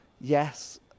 yes